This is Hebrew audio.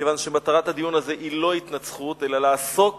כיוון שמטרת הדיון הזה היא לא התנצחות אלא לעסוק